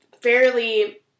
fairly